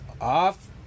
off